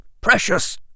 precious